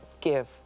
give